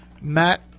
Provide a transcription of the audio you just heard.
Matt